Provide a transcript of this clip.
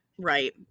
Right